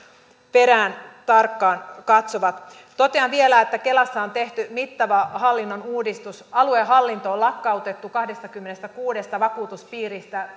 perään tarkkaan katsovat totean vielä että kelassa on tehty mittava hallinnon uudistus aluehallinto on lakkautettu kahdestakymmenestäkuudesta vakuutuspiiristä